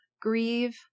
grieve